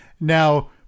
now